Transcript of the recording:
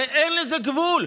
הרי אין לזה גבול.